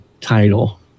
title